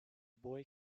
boy